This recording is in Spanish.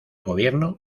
gobierno